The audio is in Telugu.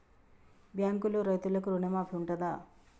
బ్యాంకులో రైతులకు రుణమాఫీ ఉంటదా?